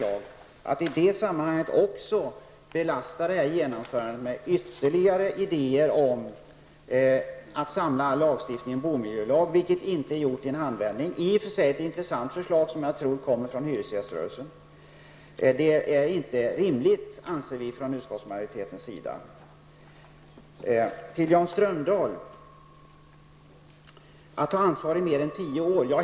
Att dessutom belasta detta genomförande med ytterligare idéer om att samla lagstiftningen i en bomiljölag -- vilket inte är gjort i en handvändning -- är inte rimligt, anser utskottsmajoriteten. Men det är i och för sig ett intressant förslag som jag tror kommer från hyresgäströrelsen. Jan Strömdahl talade om att ta ansvar i mer än tio år.